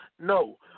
No